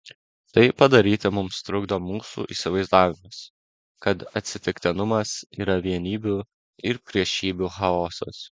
tai padaryti mums trukdo mūsų įsivaizdavimas kad atsitiktinumas yra vienybių ir priešybių chaosas